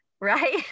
right